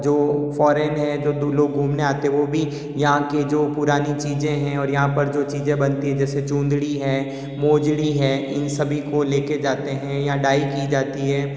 जो फॉरेन है जो लोग घूमने आते हैं वो भी यहाँ के जो पुरानी चीज़ें हैं और यहाँ पर जो चीज़ें बनती हैं जैसे चुंदड़ी है मोजड़ी है इन सभी को लेकर जाते हैं या डाई की जाती है